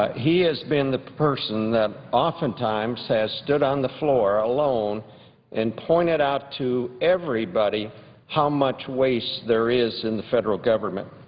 he has been the person that oftentimes has stood on the floor alone and pointed out to everybody how much waste there is in the federal government.